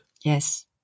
Yes